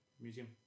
Museum